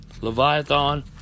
Leviathan